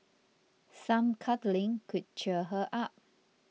some cuddling could cheer her up